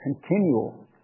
continual